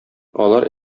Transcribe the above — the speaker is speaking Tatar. алар